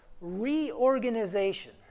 reorganization